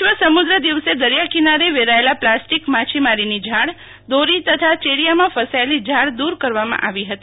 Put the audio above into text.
વિશ્વ સમુદ્ર દિવસે દરિયા કિનારે વેરાયલા પ્લાસ્ટિક માછીમારીની જાળ દોરી તથા ચેરિયામાં ફસાયેલી જાળ દુર કરવામાં આવી હતી